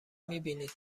میبینید